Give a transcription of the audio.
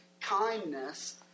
kindness